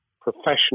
professional